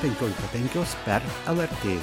penkiolika penkios per lrt